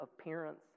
appearance